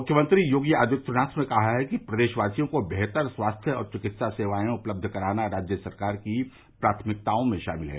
मुख्यमंत्री योगी आदित्यनाथ ने कहा कि प्रदेशवासियों को बेहतर स्वास्थ्य और चिकित्सा सेवाएं उपलब्ध कराना राज्य सरकार की प्राथमिकताओं में शामिल है